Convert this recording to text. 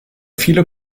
viele